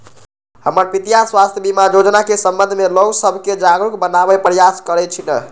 हमर पितीया स्वास्थ्य बीमा जोजना के संबंध में लोग सभके जागरूक बनाबे प्रयास करइ छिन्ह